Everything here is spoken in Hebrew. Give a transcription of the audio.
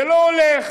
זה לא הולך.